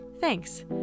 thanks